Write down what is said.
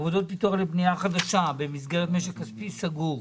עבודות פיתוח לבנייה חדשה במסגרת כספי סגור.